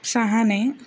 ಸಹನೆ